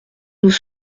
nous